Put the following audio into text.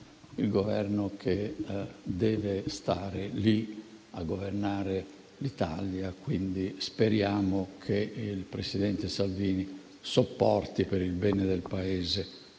il Governo che deve stare lì a governare l'Italia. Speriamo quindi che il presidente Salvini sopporti, per il bene del Paese,